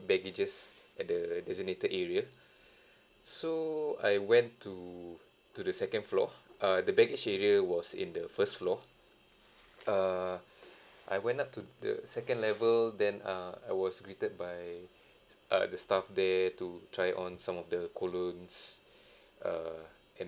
baggages at the designated area so I went to to the second floor uh the baggage area was in the first floor err I went up to the second level then uh I was greeted by uh the staff there to try on some of the colognes err and